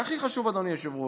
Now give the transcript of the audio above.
הכי חשוב, אדוני היושב-ראש,